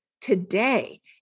today